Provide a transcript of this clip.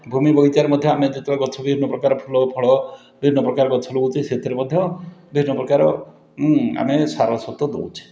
ଭୂମି ବଗିଚାରେ ମଧ୍ୟ ଆମେ ଯେତେବେଳେ ଗଛ ବିଭିନ୍ନପ୍ରକାର ଫୁଲଫଳ ବିଭିନ୍ନପ୍ରକାର ଗଛ ଲଗାଉଛେ ସେଥିରେ ମଧ୍ୟ ବିଭିନ୍ନପ୍ରକାର ଉଁ ଆମେ ସାର ସତ୍ଵ ଦେଉଛେ